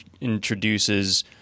introduces